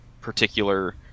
particular